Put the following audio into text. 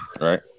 Right